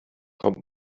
kommt